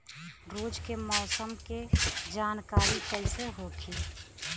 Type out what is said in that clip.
रोज के मौसम के जानकारी कइसे होखि?